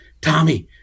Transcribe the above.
Tommy